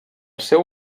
seu